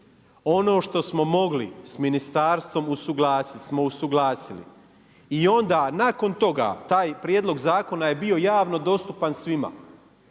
Ono što smo mogli s ministarstvom usuglasiti smo usuglasili i onda nakon toga taj prijedlog zakona je bio javno dostupan svima.